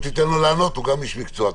תן לו לענות, הוא גם איש מקצוע.